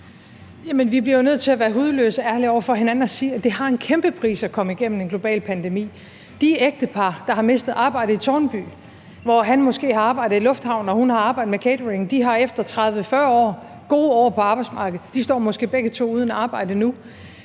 vi bliver jo nødt til at være hudløst ærlige over for hinanden og sige, at det har en kæmpe pris at komme igennem en global epidemi. De ægtepar, der har mistet arbejdet i Tårnby, hvor han måske har arbejdet i lufthavnen og hun med catering, står efter 30-40 gode år på arbejdsmarkedet måske begge to uden arbejde nu.